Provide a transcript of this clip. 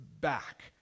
back